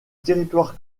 territoire